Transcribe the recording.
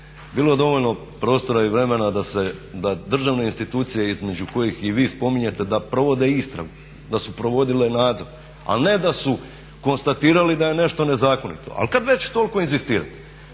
bilo je dovoljno prostora i vremena da državne institucije između kojih i vi spominjete da provode istragu, da su provodile nadzor, ali ne da su konstatirali da je nešto nezakonito. Ali kada već toliko inzistirate,